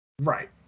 Right